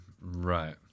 Right